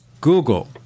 Google